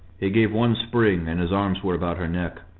he gave one spring, and his arms were about her neck,